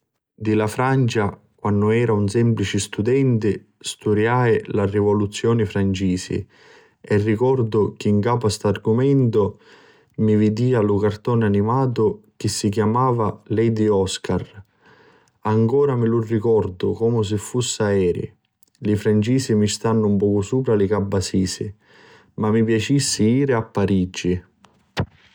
Di la Francia, quannu era un semplici studenti, sturiai la Rivoluzioni Francisi. E ricordu chi 'n capu a st'argumentu mi vidia un cartuni animatu chi si chiamava Ledy Oscar. Ancora mi lu ricordu comu si fussi aeri. Li francisi mi stannu un pocu supra li cabbasisi ma mi piacissi jiri a Parigi.